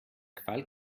qual